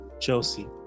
chelsea